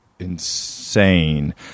Insane